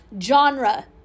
genre